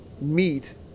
meet